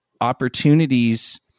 opportunities